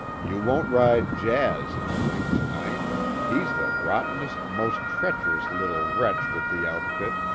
you won't ride jazz in the ring to-night he's the rottenest, most treacherous little wretch with the outfit,